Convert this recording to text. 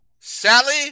Sally